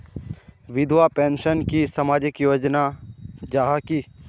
विधवा पेंशन की सामाजिक योजना जाहा की?